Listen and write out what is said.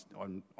on